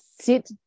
sit